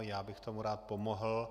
Já bych tomu rád pomohl.